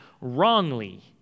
wrongly